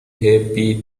happy